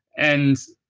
and